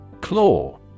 Claw